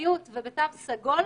באחריות ובתו סגול.